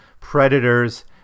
predators